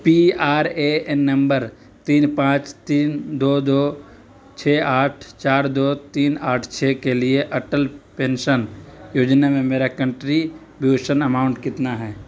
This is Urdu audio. P R A N number تین پانچ تین دو دو چھ آٹھ چار دو تین آٹھ چھ کے لیے اٹل پینشن یوجنا میں میرا کنٹریبیوشن اماؤنٹ کتنا ہے